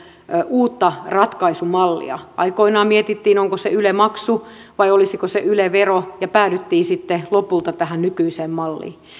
uutta ratkaisumallia aikoinaan mietittiin onko se yle maksu vai olisiko se yle vero ja päädyttiin sitten lopulta tähän nykyiseen malliin